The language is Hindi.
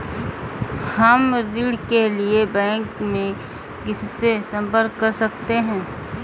हम ऋण के लिए बैंक में किससे संपर्क कर सकते हैं?